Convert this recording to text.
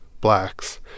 blacks